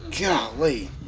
golly